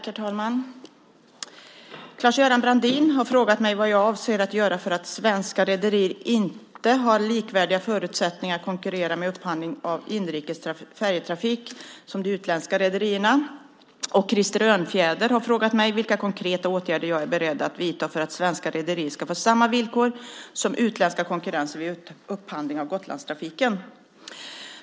Herr talman! Claes-Göran Brandin har frågat mig vad jag avser att göra åt att svenska rederier inte har likvärdiga förutsättningar att konkurrera vid upphandling av inrikes färjetrafik som de utländska rederierna. Krister Örnfjäder har frågat mig vilka konkreta åtgärder jag är beredd att vidta för att svenska rederier ska få samma villkor som utländska konkurrenter vid upphandling av Gotlandstrafiken.